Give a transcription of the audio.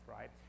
right